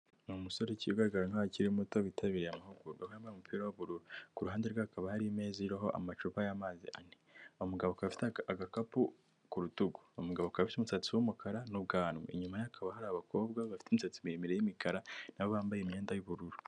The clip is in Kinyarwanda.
Ni umusore ukigaragara nkaho akiri muto witabiriye amahugurwa wambaaye umupira w'ubururu ku ruhande rwe akaba hari meza iriho amacupa y'amazi ane umugabo afite agakapu ku rutugu uwo umugabo akaba afite umusatsi w'umukara n'ubwanwa inyuma hakaba hari abakobwa bafite imisatsi miremire y'imikara n'abo bambaye imyenda y'ubururu.